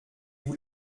vous